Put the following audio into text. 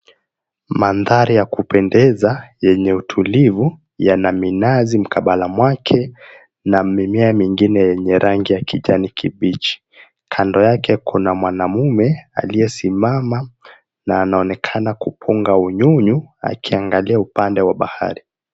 Maandhari ya kupendeza yenye utulivu yana minazi mkabala mwake na mimea mingine yenye rangi ya kijani kibichi. Kando yake kuna mwanamume aliyesimama na anaonekana kupunga unyunyu akiangalia upande wa bahari.